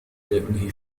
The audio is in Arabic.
لأنهي